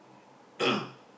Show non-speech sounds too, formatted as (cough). (coughs)